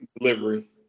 delivery